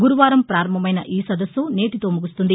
గురువారం పారంభమైన ఈ సదస్సు నేటితో ముగుస్తుంది